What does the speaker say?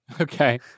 Okay